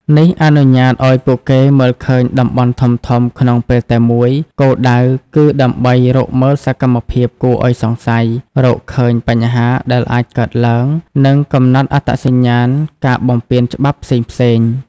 នេះអនុញ្ញាតឱ្យពួកគេមើលឃើញតំបន់ធំៗក្នុងពេលតែមួយ គោលដៅគឺដើម្បី រកមើលសកម្មភាពគួរឱ្យសង្ស័យ រកឃើញបញ្ហាដែលអាចកើតឡើង និងកំណត់អត្តសញ្ញាណការបំពានច្បាប់ផ្សេងៗ